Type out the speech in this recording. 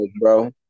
bro